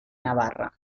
navarra